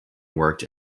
worked